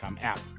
app